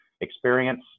experience